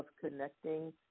connecting